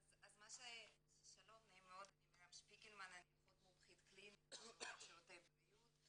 אני אחות מומחית קלינית בלאומית שירותי בריאות.